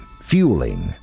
Fueling